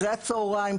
אחרי הצהריים,